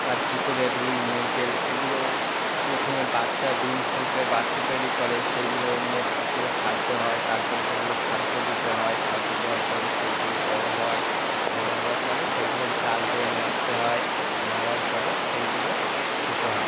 আর পুকুরে রুই মৃগেল এগুলোও প্রথমে বাচ্চা ডিম ফুটে বাচ্চা তৈরি করে সেইগুলো নিয়ে পুকুরে ছাড়তে হয় তার পরে সেগুলো খাদ্য দিতে হয় খাদ্য দেওয়ার পরে সেইগুলো বড় হয় বড় হওয়ার পরে সেইগুলো জাল বেয়ে মারতে হয় মারার পরে সেইগুলো খেতে হয়